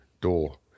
door